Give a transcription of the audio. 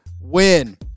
win